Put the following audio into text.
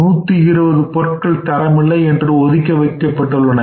120 பொருட்கள் தரமில்லை என்று ஒதுக்கி வைக்கப் பட்டுள்ளன